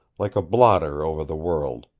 like a blotter over the world.